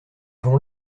gens